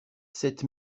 sept